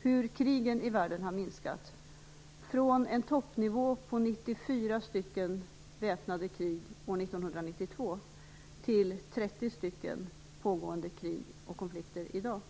hur krigen i världen har minskat från en toppnivå på 94 väpnade krig 1992 till 30 pågående krig och konflikter i dag.